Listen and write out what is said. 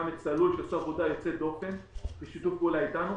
גם את צלול שעשו עבודה יוצאת דופן בשיתוף פעולה איתנו,